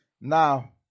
now